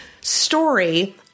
story